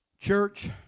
Church